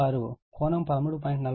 36 కోణం 13